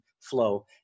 flow